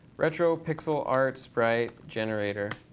retro pixel art sprite generator.